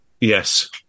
Yes